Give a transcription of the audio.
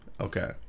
okay